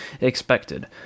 expected